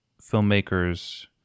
filmmakers